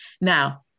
Now